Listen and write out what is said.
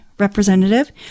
representative